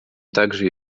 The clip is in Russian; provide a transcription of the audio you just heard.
также